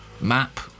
Map